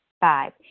Five